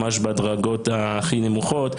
ממש בדרגות הכי נמוכות.